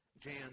Jan